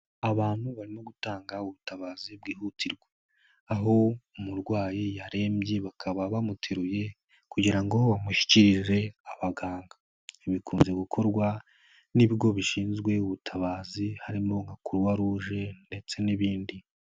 Abantu barimo gutanga ubutabazi bwihutirwa aho umurwayi yarembye bakaba bamuteruye kugira ngo bamushyikirize abaganga, ibi bikunze gukorwa n'ibigo bishinzwe ubutabazi harimo nka Croix Rouge ndetse n'ibindi.